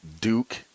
Duke